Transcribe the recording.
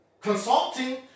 Consulting